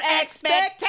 expectations